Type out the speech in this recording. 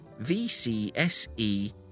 VCSE